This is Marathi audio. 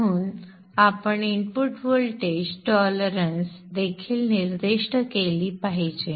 म्हणून आपण इनपुट व्होल्टेज टॉलरन्स देखील निर्दिष्ट केली पाहिजे